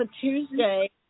Tuesday